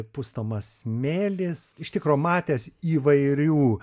pustomas smėlis iš tikro matęs įvairių